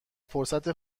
فرصت